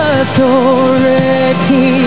authority